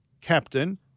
captain